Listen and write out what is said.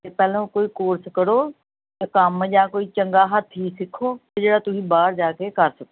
ਅਤੇ ਪਹਿਲਾਂ ਕੋਈ ਕੋਰਸ ਕਰੋ ਅਤੇ ਕੰਮ ਜਾਂ ਕੋਈ ਚੰਗਾ ਹੱਥੀਂ ਸਿੱਖੋ ਅਤੇ ਜਿਹੜਾ ਤੁਸੀਂ ਬਾਹਰ ਜਾ ਕੇ ਕਰ ਸਕੋ